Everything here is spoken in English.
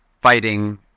fighting